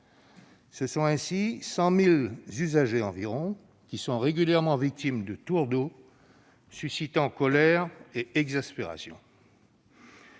Ce sont ainsi près de 100 000 usagers qui sont régulièrement victimes de « tours d'eau », suscitant colère et exaspération.